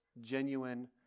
genuine